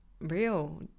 real